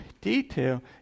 detail